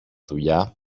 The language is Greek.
δουλειά